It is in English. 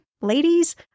ladies